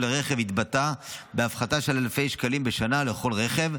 לרכב התבטאה בהפחתה של אלפי שקלים בשנה לכל רכב,